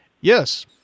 Yes